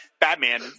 Batman